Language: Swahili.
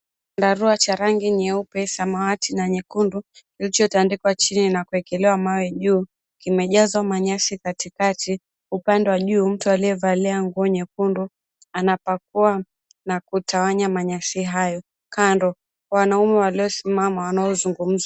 Chandarua cha rangi nyeupe, samawati na nyekundu kilichotandikwa chini na kuekelewa mawe juu kimejazwa manyasi katikati. Upande wa juu mtu aliyevalia nguo nyekundu anapakua na kutawanya manyasi hayo. Kando wanaume waliosimama wanaozungumza.